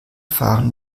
fahren